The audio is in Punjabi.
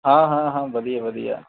ਹਾਂ ਹਾਂ ਹਾਂ ਵਧੀਆ ਵਧੀਆ